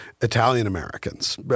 Italian-Americans